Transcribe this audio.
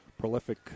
prolific